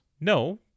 No